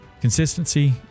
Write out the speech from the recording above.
consistency